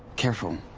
careful.